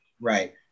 Right